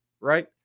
Right